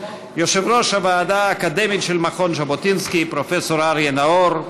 יושב-ראש הוועדה האקדמית של מכון ז'בוטינסקי פרופ' אריה נאור,